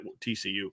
TCU